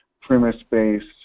premise-based